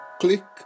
click